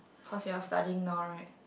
cause you all studying now right